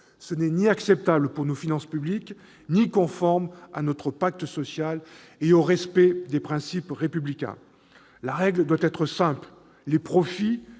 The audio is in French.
Ce n'est ni acceptable pour nos finances publiques ni conforme à notre pacte social et au respect des principes républicains. La règle doit être simple : les profits